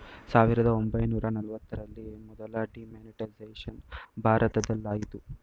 ಸಾವಿರದ ಒಂಬೈನೂರ ನಲವತ್ತರಲ್ಲಿ ಮೊದಲ ಡಿಮಾನಿಟೈಸೇಷನ್ ಭಾರತದಲಾಯಿತು